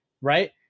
right